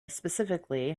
specifically